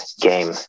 game